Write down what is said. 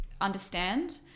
understand